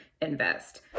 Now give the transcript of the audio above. invest